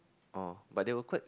oh but they were quite